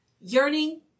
yearning